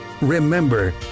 Remember